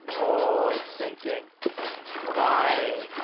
oh it's sinking by